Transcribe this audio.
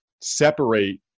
separate